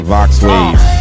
VoxWave